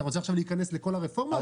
אתה רוצה להיכנס עכשיו לכל הרפורמה?